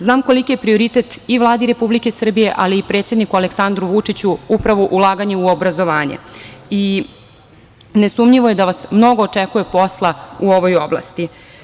Znam koliki je prioritet i Vladi Republike Srbije, ali i predsedniku Aleksandru Vučiću upravo ulaganje u obrazovanje i nesumnjivo je da vas mnogo očekuje posla u ovoj oblasti.